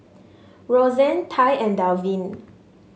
Rosann Tai and Delvin